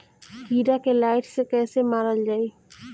कीड़ा के लाइट से कैसे मारल जाई?